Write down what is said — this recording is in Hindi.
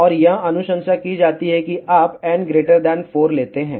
और यह अनुशंसा की जाती है कि आप n 4 लेते हैं